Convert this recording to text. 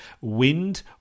Wind